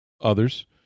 others